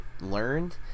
learned